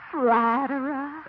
Flatterer